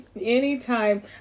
anytime